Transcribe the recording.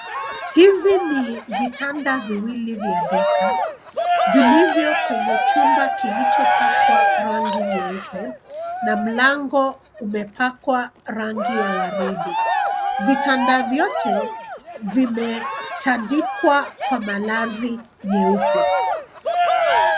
Hivi ni vitanda viwili vya deka vilivyo kwenye chumba kilicho pakwa rangi nyeupe na mlango umepakwa rangi ya waridi. Vitanda vyote vimetandikwa kwa Malazi meupe.